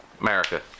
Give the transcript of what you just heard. America